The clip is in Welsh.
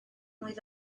mlwydd